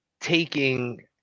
taking